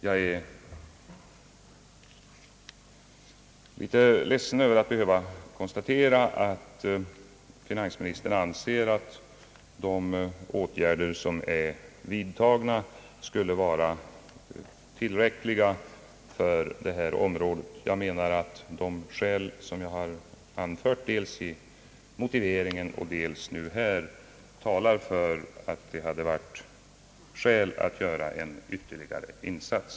Jag är litet besviken över att behöva konstatera att finansministern anser att de åtgärder som är vidtagna skulle vara tillräckliga för det här området. Jag menar att de skäl som jag anfört dels i motiveringen till interpellationen och dels här talar för en ytterligare insats.